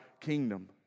kingdom